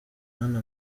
hano